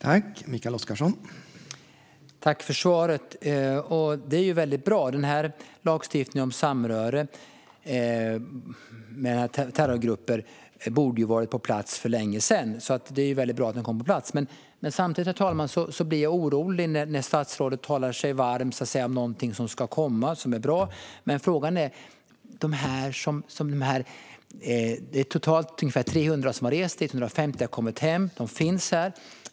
Herr talman! Jag tackar för svaret. Detta är ju väldigt bra - lagstiftningen om samröre med terrorgrupper borde ha varit på plats för länge sedan, så det är bra att den kommer på plats. Samtidigt blir jag orolig, herr talman. Statsrådet talar sig varm för någonting som ska komma och som är bra. Det är dock totalt ungefär 300 som har rest och 150 som har kommit hem. De finns här.